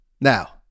now